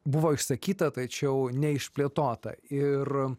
buvo išsakyta tačiau neišplėtota ir